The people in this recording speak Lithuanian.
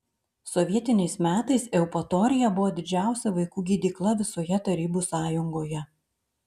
sovietiniais metais eupatorija buvo didžiausia vaikų gydykla visoje tarybų sąjungoje